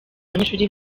banyeshuri